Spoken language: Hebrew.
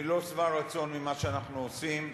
אני לא שבע רצון ממה שאנחנו עושים,